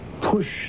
push